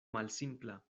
malsimpla